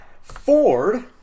Ford